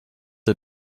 had